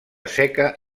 seca